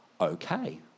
okay